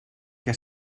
què